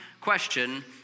question